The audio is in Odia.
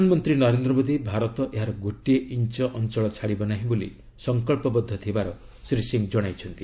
ପ୍ରଧାନମନ୍ତ୍ରୀ ନରେନ୍ଦ୍ର ମୋଦୀ ଭାରତ ଏହାର ଗୋଟିଏ ଇଞ୍ଚ ଅଞ୍ଚଳ ଛାଡ଼ିବ ନାହିଁ ବୋଲି ସଂକଳ୍ପବଦ୍ଧ ଥିବାର ଶ୍ରୀ ସିଂ ଜଣାଇଛନ୍ତି